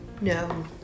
No